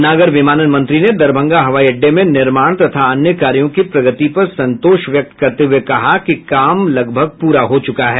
नागर विमानन मंत्री ने दरभंगा हवाई अड्डे में निर्माण तथा अन्य कार्यो की प्रगति पर संतोष व्यक्त करते हुए कहा कि काम लगभग प्ररा हो चुका है